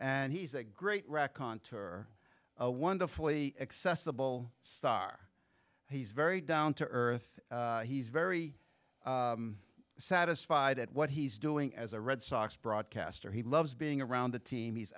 and he's a great rock contour a wonderfully accessible star he's very down to earth he's very satisfied at what he's doing as a red sox broadcaster he loves being around the team he's